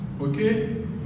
Okay